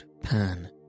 Pan